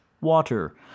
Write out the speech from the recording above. water